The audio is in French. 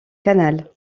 canal